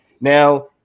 Now